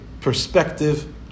perspective